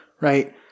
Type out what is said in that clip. right